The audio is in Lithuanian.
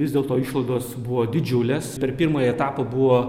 vis dėlto išlaidos buvo didžiulės per pirmąjį etapą buvo